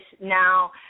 now